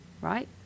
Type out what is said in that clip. right